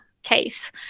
case